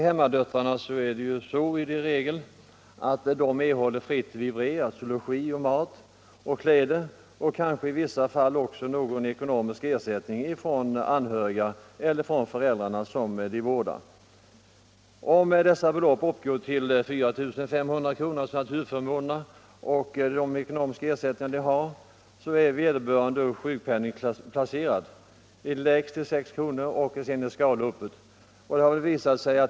Hemmadöttrarna erhåller i regel fritt vivre, dvs. mat, logi och kläder, samt i vissa fall också någon ekonomisk ersättning från föräldrar eller anhöriga som de vårdar. Om värdet av naturaförmånerna och den ekonomiska ersättningen uppgår till minst 4 500 kr. sjukpenningplaceras vederbörande med en sjukpenning av lägst 6 kr.